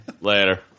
Later